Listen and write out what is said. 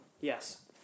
Yes